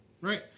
right